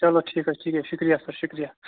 چَلو ٹھیٖک حظ ٹھیٖک حظ شُکریہ سَر شُکریہ